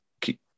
keep